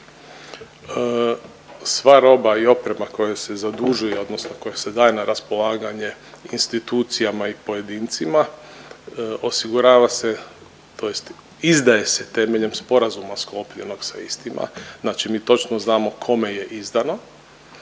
Sva roba i oprema koja se zadužuje odnosno koja se daje na raspolaganje institucijama i pojedincima osigurava se tj. izdaje se temeljem sporazuma sklopljenog sa istima. Znači mi točno znamo kome je izdano